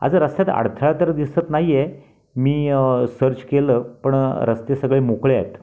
आज रस्त्यात अडथळा तर दिसत नाही आहे मी सर्च केलं पण रस्ते सगळे मोकळे आहेत